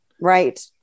Right